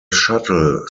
shuttle